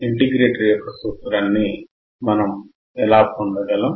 integrator యొక్క సూత్రాన్ని మనం ఎలా పొందగలం